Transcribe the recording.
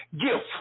gift